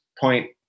point